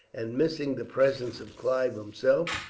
and missing the presence of clive himself,